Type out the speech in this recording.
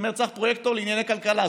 אומר: צריך פרויקטור לענייני כלכלה.